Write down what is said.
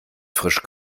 frisch